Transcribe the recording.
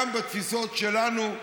גם בתפיסות שלנו.